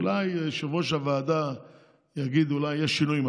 אולי יושב-ראש הוועדה יגיד, אולי, שיש שינויים.